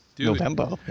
November